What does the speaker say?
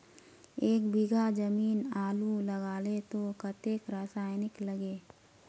एक बीघा जमीन आलू लगाले तो कतेक रासायनिक लगे?